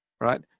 right